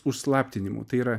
užslaptinimu tai yra